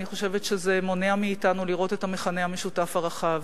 אני חושבת שזה מונע מאתנו לראות את המכנה המשותף הרחב.